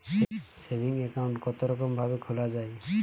Saving account কতরকম ভাবে খোলা য়ায়?